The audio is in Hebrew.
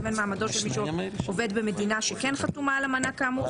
לבין מעמדו של מי שעובד במדינה שכן חתומה על אמנה כאמור.